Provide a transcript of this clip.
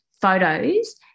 photos